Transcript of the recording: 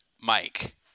Mike